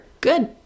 good